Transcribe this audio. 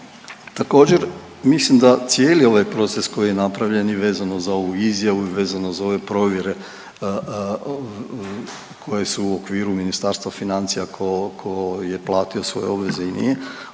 Također mislim da cijeli ovaj proces koji je napravljen i vezano za ovu izjavu i vezano za ove provjere koje su u okviru Ministarstva financija, ko, ko je platio svoje obveze i nije,